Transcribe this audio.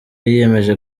yiyemeje